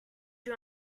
you